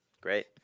Great